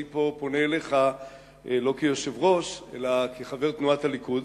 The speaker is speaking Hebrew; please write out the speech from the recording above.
אני פונה פה אליך לא כיושב-ראש אלא כחבר תנועת הליכוד